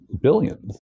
billions